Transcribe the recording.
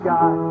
God